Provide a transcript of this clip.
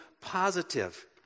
positive